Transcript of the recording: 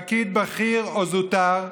פקיד בכיר או זוטר,